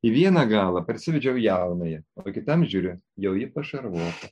į vieną galą parsivedžiau jaunąją o kitam žiūrėk jau ji pašarvota